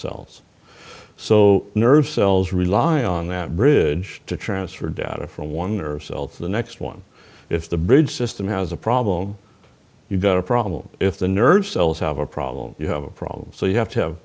cells so nerve cells rely on that bridge to transfer data from one nerve cell to the next one if the bridge system has a problem you've got a problem if the nerve cells have a problem you have a problem so you have to have